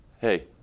Hey